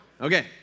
Okay